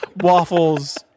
waffles